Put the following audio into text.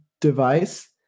device